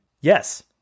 Yes